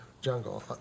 jungle